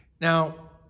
Now